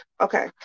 Okay